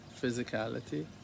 physicality